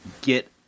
Get